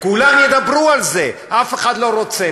כולם ידברו על זה, אף אחד לא רוצה.